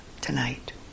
tonight